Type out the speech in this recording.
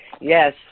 yes